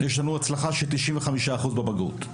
יש לנו הצלחה של 95% בבגרות,